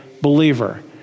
believer